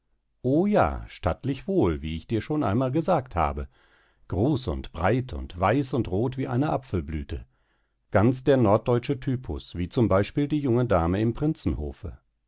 o ja stattlich wohl wie ich dir schon einmal gesagt habe groß und breit und weiß und rot wie eine apfelblüte ganz der norddeutsche typus wie zum beispiel die junge dame im prinzenhofe